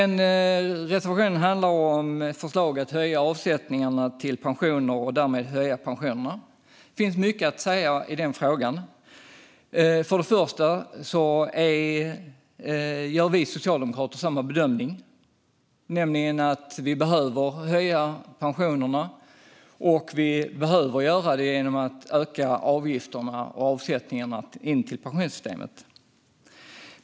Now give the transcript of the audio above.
Reservationen handlar om förslaget att höja avsättningarna till pensionerna och därmed höja dem. Det finns mycket att säga i den frågan. Först och främst gör vi socialdemokrater samma bedömning, nämligen att pensionerna behöver höjas och att det ska ske genom att öka avgifterna och avsättningarna till pensionssystemet.